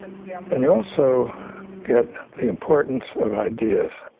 and yeah and you also get the importance of ideas.